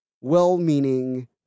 well-meaning